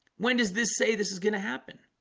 when does this say this is going to happen